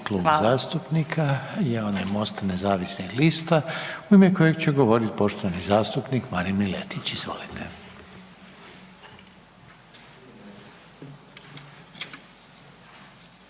Klub zastupnika je onaj MOST-a nezavisnih lista u ime kojeg će govoriti poštovani zastupnik Marin Miletić. Izvolite.